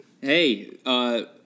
Hey